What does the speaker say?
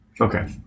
Okay